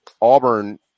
Auburn